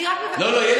אני רק מבקשת, לא, לא.